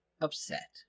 upset